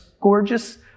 gorgeous